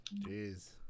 Jeez